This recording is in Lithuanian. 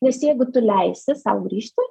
nes jeigu tu leisi sau grįžti